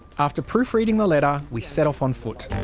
after proof reading the letter, we set off on foot.